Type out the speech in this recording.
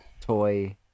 toy